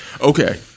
Okay